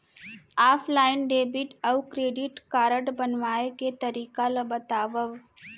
Offline debit अऊ credit card बनवाए के तरीका ल बतावव?